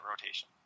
rotation